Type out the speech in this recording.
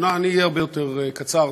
אני אהיה הרבה יותר קצר.